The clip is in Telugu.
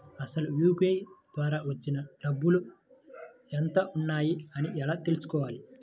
అసలు యూ.పీ.ఐ ద్వార వచ్చిన డబ్బులు ఎంత వున్నాయి అని ఎలా తెలుసుకోవాలి?